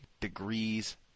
degrees